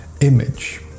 image